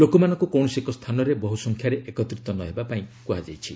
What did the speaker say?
ଲୋକମାନଙ୍କୁ କୌଣସି ଏକ ସ୍ଥାନରେ ବହୁ ସଂଖ୍ୟାରେ ଏକତ୍ରିତ ନ ହେବା ପାଇଁ କୁହାଯାଇଛି